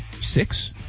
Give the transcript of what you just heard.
six